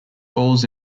falls